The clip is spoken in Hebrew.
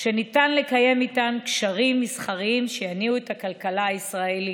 שניתן לקיים איתן קשרים מסחריים שיניעו את הכלכלה הישראלית,